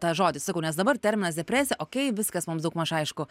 tą žodį sakau nes dabar terminas depresija okei viskas mums daugmaž aišku